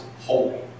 holy